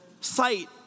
sight